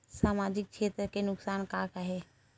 सामाजिक क्षेत्र के नुकसान का का हे?